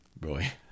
Roy